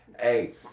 Hey